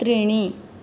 त्रीणि